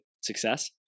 success